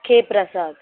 కే Prasad